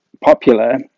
popular